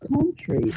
country